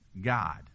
God